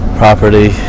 property